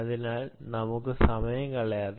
അതിനാൽ നമുക്ക് സമയം കളയാതെ